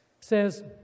says